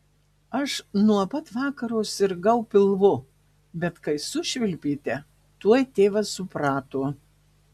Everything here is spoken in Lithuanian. aš nuo pat vakaro sirgau pilvu bet kai sušvilpėte tuoj tėvas suprato